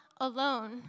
alone